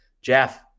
jeff